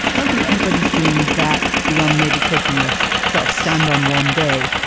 i don't think anybody's doing that beyond maybe taking a sort of stand on one day.